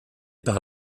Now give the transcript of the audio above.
par